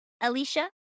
alicia